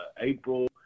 April